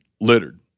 littered